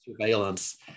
surveillance